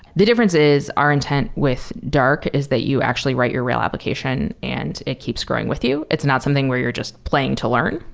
the difference is our intent with dark is that you actually write your real application and it keeps growing with you. it's not something where you're just playing to learn.